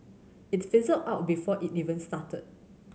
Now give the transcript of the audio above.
it fizzled out before it even started